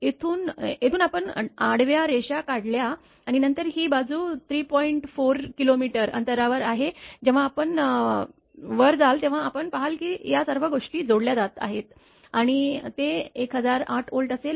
येथून येथून आपण आडव्या रेषा काढल्या आणि नंतर ही बाजू 34 किलोमीटर अंतरावर आहे जेव्हा आपण वर जाल तेव्हा आपण पहाल या सर्व गोष्टी जोडल्या जात आहेत आणि ते 1008 व्होल्ट असेल